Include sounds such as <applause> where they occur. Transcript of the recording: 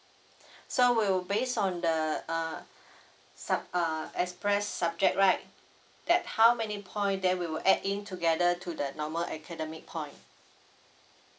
<breath> so we'll based on the uh <breath> sub~ uh express subject right that how many point then we'll add in together to the normal academic point